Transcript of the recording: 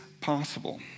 possible